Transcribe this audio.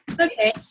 okay